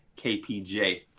KPJ